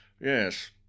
Yes